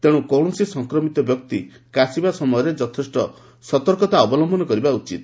ତେଣୁ କୌଣସି ସଂକ୍ରମିତ ବ୍ୟକ୍ତି କାଶିବା ସମୟରେ ଯଥେଷ୍ଟ ସତର୍କତା ଅବଲମ୍ଘନ କରିବା ଉଚିତ